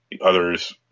others